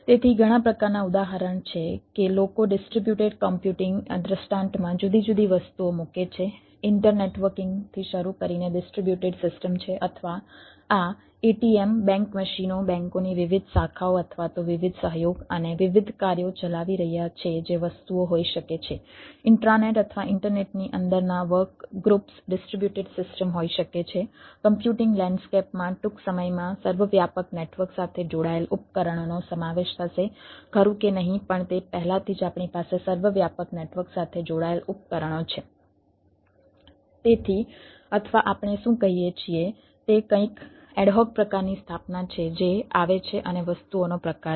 તેથી ઘણા પ્રકારનાં ઉદાહરણ છે કે લોકો ડિસ્ટ્રિબ્યુટેડ કમ્પ્યુટિંગ દૃષ્ટાંતમાં જુદી જુદી વસ્તુઓ મૂકે છે ઇન્ટરનેટવર્કિંગ પ્રકારની સ્થાપના છે જે આવે છે અને વસ્તુઓનો પ્રકાર છે